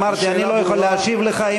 אמרתי, אני לא יכול להשיב לך.